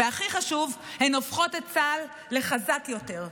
הכי חשוב, הן הופכות את צה"ל לחזק יותר.